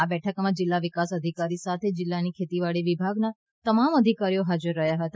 આ બેઠકમાં જિલ્લા વિકાસ અધિકારી સાથે જિલ્લાની ખેતીવાડી વિભાગનાં તમામ અધિકારીઓ હાજર રહ્યા હતા